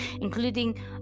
including